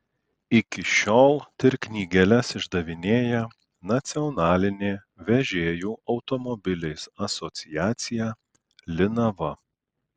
iki šiol tir knygeles išdavinėja nacionalinė vežėjų automobiliais asociacija linava